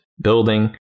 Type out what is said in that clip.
building